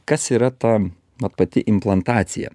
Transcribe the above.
kas yra ta vat pati implantacija